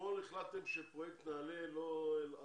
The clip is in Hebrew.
אתמול החלטתם שהתלמידים של פרויקט נעל"ה לא יגיעו.